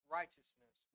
righteousness